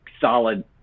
solid